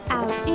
out